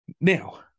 Now